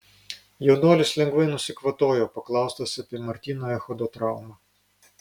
jaunuolis lengvai nusikvatojo paklaustas apie martyno echodo traumą